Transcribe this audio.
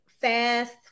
FAST